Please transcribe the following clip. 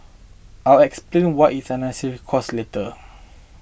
I'll explain why is an unnecessary cost later